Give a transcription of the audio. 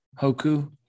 hoku